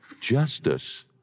Justice